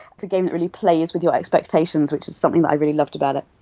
it's a game that really plays with your expectations, which is something that i really loved about it.